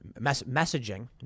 messaging